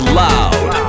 loud